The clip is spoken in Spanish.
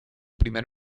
primer